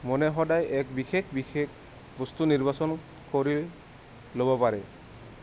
মনে সদায় এক বিশেষ বিশেষ বস্তু নিৰ্বাচন কৰি ল'ব পাৰে